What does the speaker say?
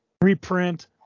reprint